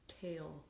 tail